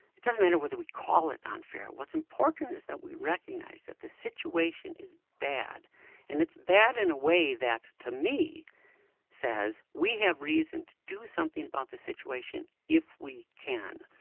it doesn't matter whether we call it unfair, what's important is that we recognise that the situation is bad and it's bad in a way that to me says we have reason to do something about this situation if we can.